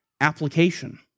application